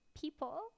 people